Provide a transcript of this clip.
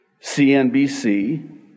CNBC